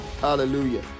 hallelujah